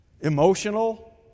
emotional